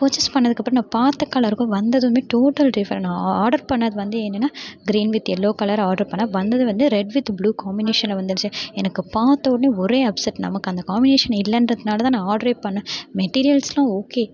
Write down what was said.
purchase பண்ணிணதுக்கும் அப்புறம் நான் பார்த்த கலருக்கும் வந்ததுமே டோட்டல் டிஃபரெண்ட் நான் ஆர்டர் பண்ணிணது வந்து என்னென்னால் green with yellow colour order பண்ணிணேன் வந்தது வந்து ரெட் வித் ப்ளூ காமினேஷனில் வந்துடுச்சு எனக்கு பார்த்தோனே ஒரே அப்செட் நமக்கு அந்த காமினேஷன் இல்லைன்றதுனால தான் ஆர்டரே பண்ணிணேன் மெட்டிரியல்ஸெல்லாம் ஓகே